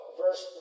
verse